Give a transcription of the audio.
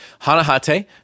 Hanahate